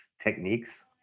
techniques